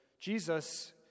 Jesus